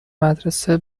مدرسه